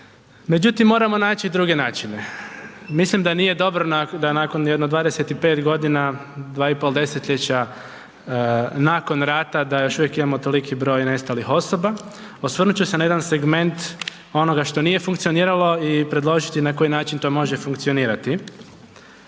međutim, moramo naći druge načine. Mislim da nije dobro da nakon jedno 25 godina, 2 i pol desetljeća nakon rata da još uvijek imamo toliki broj nestalih osoba. Osvrnuti ću se na jedan segment onoga što nije funkcioniralo i predložiti na koji način to može funkcionirati.